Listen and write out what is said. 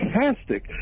fantastic